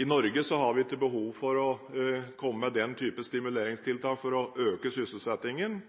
I Norge har vi ikke behov for å komme med den typen stimuleringstiltak for å øke sysselsettingen.